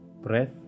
breath